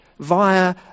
via